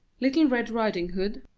little red riding-hood,